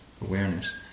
awareness